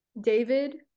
David